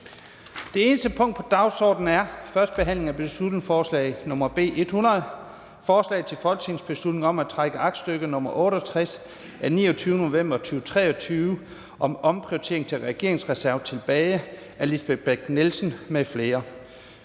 Det eneste punkt på dagsordenen er: 1) 1. behandling af beslutningsforslag nr. B 100: Forslag til folketingsbeslutning om at trække aktstykke nr. 68 af 29. november 2023 om omprioritering til regeringsreserve tilbage. Af Lisbeth Bech-Nielsen (SF) m.fl.